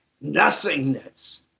nothingness